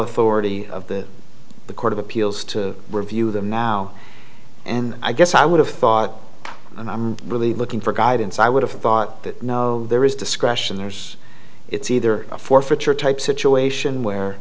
authority of the the court of appeals to review them now and i guess i would have thought and i'm really looking for guidance i would have thought that no there is discretion there's it's either a forfeiture type situation where